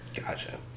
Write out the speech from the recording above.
Gotcha